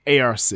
ARC